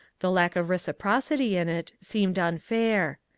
the lack of reciprocity in it seemed unfair.